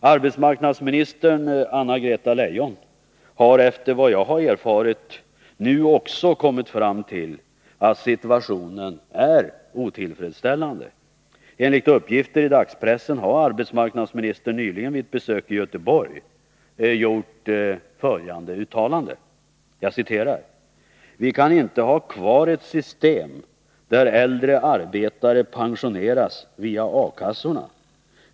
Arbetsmarknadsminister Anna-Greta Leijon har efter vad jag erfarit nu också kommit fram till att situationen är otillfredsställande. Enligt uppgifter i dagspressen har arbetsmarknadsministern nyligen vid ett besök i Göteborg gjort följande uttalande: Vi kan inte ha kvar ett system där äldre arbetare pensioneras via A-kassorna.